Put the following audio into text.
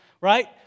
Right